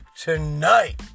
Tonight